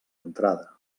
entrada